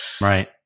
right